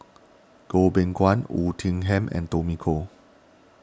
Goh Beng Kwan Oei Tiong Ham and Tommy Koh